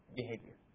behavior